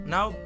Now